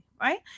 right